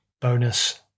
bonus